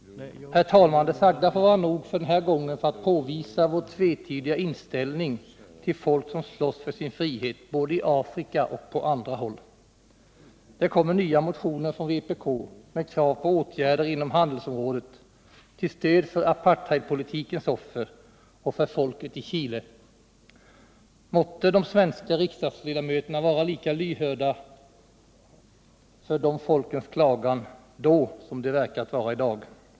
Herr talman! Det sagda får vara nog för denna gång för att påvisa vår tvetydiga inställning till folk som slåss för sin frihet både i Afrika och på andra håll. Det kommer nya motioner från vpk med krav på åtgärder inom handelsområdet till stöd för apartheidpolitikens offer och för folket i Chile. Måtte de svenska riksdagsledamöterna då vara lika lyhörda för dessa människors klagan som de verkar vara i dag.